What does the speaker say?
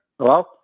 Hello